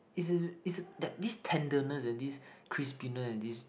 is it's that this tenderness and this crispiness and this